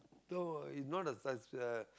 so is not a suc~ uh